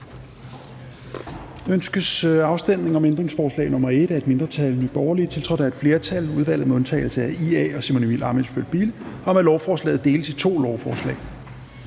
Ønskes afstemning om ændringsforslag nr. 1 af et mindretal (NB), tiltrådt af et flertal (udvalget med undtagelse af IA og Simon Emil Ammitzbøll-Bille (UFG)), om, at lovforslaget deles i to lovforslag?